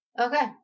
Okay